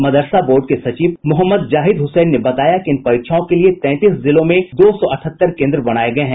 मदरसा board के सचिव मोहम्मद जाहिद हुसैन ने बताया कि इन परीक्षाओं के लिए तैंतीस जिलों में दो सौ अठहत्तर केन्द्र बनाये गये हैं